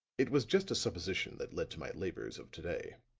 it was just a supposition that led to my labors of to-day.